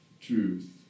truth